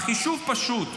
החישוב פשוט: